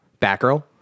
Batgirl